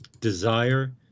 desire